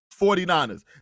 49ers